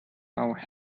our